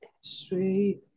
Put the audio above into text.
Sweet